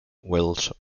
welsh